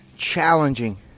challenging